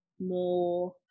more